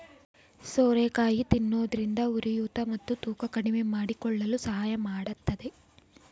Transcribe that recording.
ಸೋರೆಕಾಯಿ ತಿನ್ನೋದ್ರಿಂದ ಉರಿಯೂತ ಮತ್ತು ತೂಕ ಕಡಿಮೆಮಾಡಿಕೊಳ್ಳಲು ಸಹಾಯ ಮಾಡತ್ತದೆ